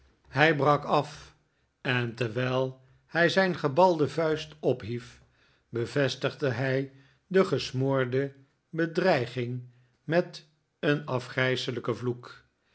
hij brak af en terwijl hij zijn gebalde vuist ophief bevestigde hij de gesmoorde bedreiging met een afgrijselijken vloek